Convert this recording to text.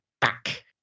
back